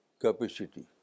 capacity